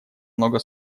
много